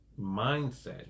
mindset